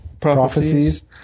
prophecies